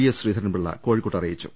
S Sreedharan Pillai കോഴിക്കോട്ട് അറി യിച്ചു